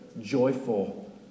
joyful